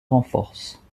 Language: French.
renforce